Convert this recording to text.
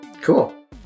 Cool